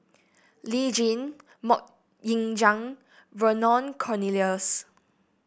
Lee Tjin MoK Ying Jang Vernon Cornelius